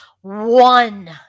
one